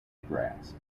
grass